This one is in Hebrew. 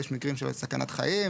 יש מקרים של סכנת חיים,